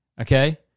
Okay